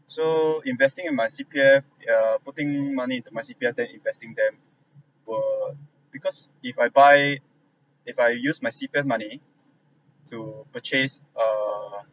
so investing in my C_P_F uh putting money in my C_P_F then investing them will because if I buy if I use my C_P_F money to purchase uh